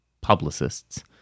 publicists